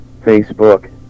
Facebook